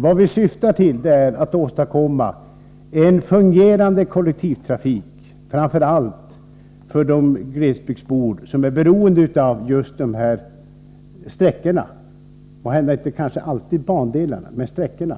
Vad vi syftar till är att åstadkomma en fungerande kollektivtrafik, framför allt för de glesbygdsbor som är beroende av just dessa sträckor — måhända inte alltid av bandelarna men av sträckorna.